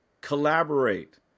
collaborate